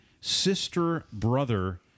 sister-brother